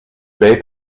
bay